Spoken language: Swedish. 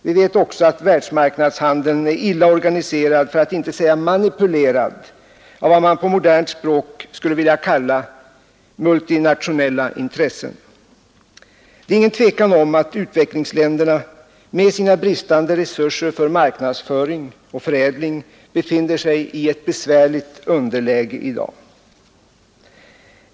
Vi vet också att världshandeln är illa organiserad, för att inte säga manipulerad av vad man på modernt språk skulle vilja kalla multinationella intressen. Det är inget tvivel om att utvecklingsländerna med sina bristande resurser för marknadsföring och förädling befinner sig i ett besvärligt underläge i dag.